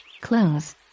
clothes